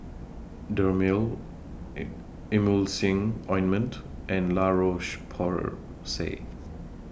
Dermale Emulsying Ointment and La Roche Porsay